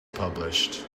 published